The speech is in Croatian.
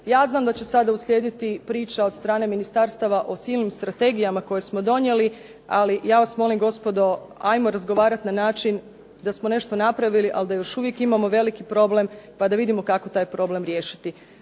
Ja znam da će sada uslijediti priča od strane ministarstava o silnim strategijama koje smo donijeli ali ja vas molim gospodo ajmo razgovarati na način da smo nešto napravili ali da još uvijek imamo veliki problem pa da vidimo kako taj problem riješiti.